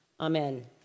Amen